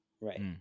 right